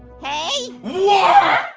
hey. what!